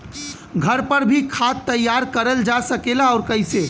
घर पर भी खाद तैयार करल जा सकेला और कैसे?